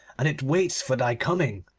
and it waits for thy coming.